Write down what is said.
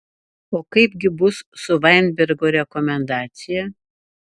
o kaip gi bus su vainbergo rekomendacija